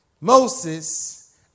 Moses